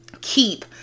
keep